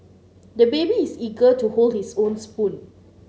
the baby is eager to hold his own spoon